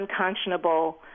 unconscionable